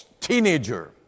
teenager